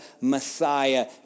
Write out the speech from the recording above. Messiah